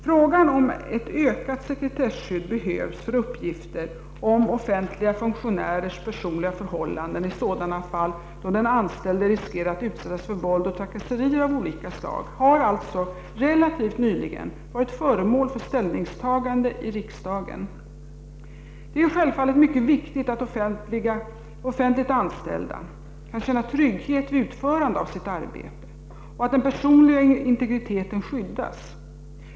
Frågan om ett ökat sekretesskydd behövs för uppgifter om offentliga funk tionärers personliga förhållanden i sådana fall då den anställde riskerar att utsättas för våld och trakasserier av olika slag har alltså relativt nyligen varit föremål för ställningstagande i riksdagen . Det är självfallet mycket viktigt att offentligt anställda kan känna trygghet vid utförandet av sitt arbete och att den personliga integriteten skyddas.